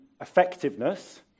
effectiveness